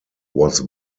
was